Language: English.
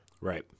Right